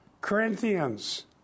Corinthians